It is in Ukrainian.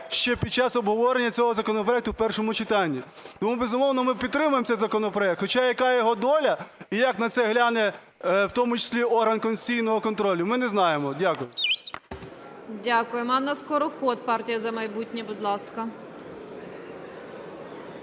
ще під час обговорення цього законопроекту в першому читанні. Тому, безумовно, ми підтримуємо цей законопроект, хоча, яка його доля, і як на це гляне в тому числі орган конституційного контролю, ми не знаємо. Дякую. Веде засідання заступник Голови